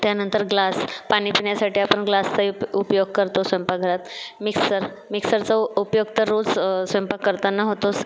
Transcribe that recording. त्यानंतर ग्लास पाणी पिण्यासाठी आपण ग्लासचा अप उपयोग करतो स्वयंपाकघरात मिक्सर मिक्सरचा उपयोग तर रोज स्वयंपाक करताना होतोच